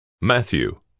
Matthew